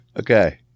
Okay